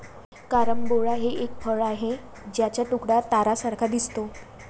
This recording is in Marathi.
कारंबोला हे एक फळ आहे ज्याचा तुकडा ताऱ्यांसारखा दिसतो